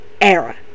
era